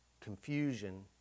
confusion